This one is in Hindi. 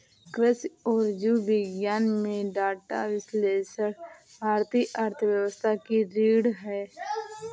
कृषि और जीव विज्ञान में डेटा विश्लेषण भारतीय अर्थव्यवस्था की रीढ़ है